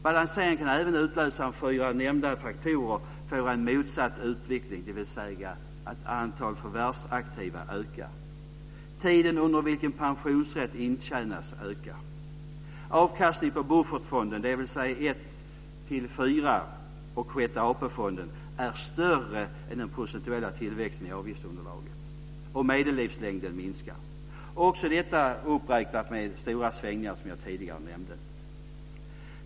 Balanseringen kan även utlösas om de fyra nämnda faktorerna får en motsatt utveckling, dvs. att antalet förvärvsaktiva ökar, tiden under vilket pensionsrätt intjänas ökar, avkastningen på buffertfonden, dvs. Första-Fjärde och Sjätte AP-fonderna, är större än den procentuella tillväxten i avgiftsunderlaget och medellivslängden minskar. Också här påverkar stora svängningar, som jag tidigare nämnde.